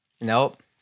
Nope